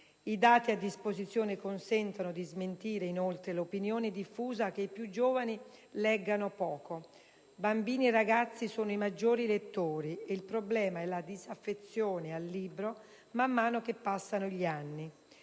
I dati a disposizione consentono di smentire inoltre l'opinione diffusa che i più giovani leggano poco: bambini e ragazzi sono i maggiori lettori e il problema è la disaffezione al libro man mano che passano gli anni.